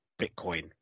Bitcoin